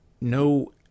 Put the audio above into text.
no